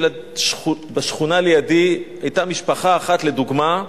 בשכונה לידי היתה משפחה אחת, לדוגמה,